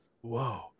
whoa